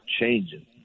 changing